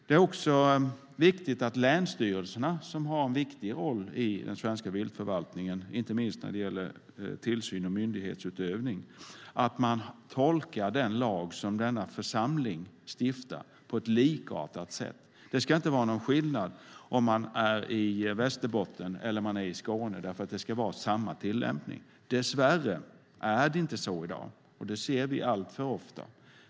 Det är också viktigt att länsstyrelserna, som har en viktig roll i den svenska viltförvaltningen, inte minst när det gäller tillsyn och myndighetsutövning, tolkar den lag som denna församling stiftar på ett likartat sätt. Det ska inte vara någon skillnad om man är i Västerbotten eller i Skåne, utan det ska vara samma tillämpning. Dess värre är det inte så i dag, och det ser vi alltför ofta.